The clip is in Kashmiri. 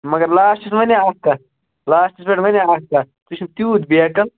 مگر لاسٹَس وَنیا اَکھ کَتھ لاسٹَس پٮ۪ٹھ وَنیا اَکھ کَتھ ژٕ چھُکھ تیٛوٗت بیقٕل